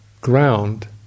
ground